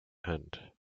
end